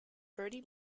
bertie